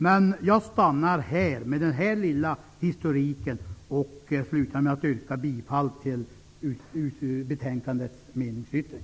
Man jag stannar här efter den här korta historiken och slutar med att yrka bifall till meningsyttringen i betänkandet.